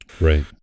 right